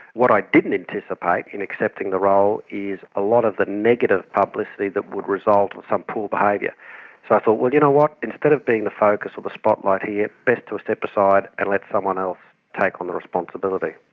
what i didn't anticipate in accepting the role is a lot of the negative publicity that would result and some poor behaviour. so i thought, you know what, instead of being the focus or the spotlight here, best to step aside and let someone else take on the responsibility.